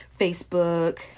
facebook